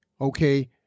okay